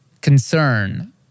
concern